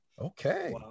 Okay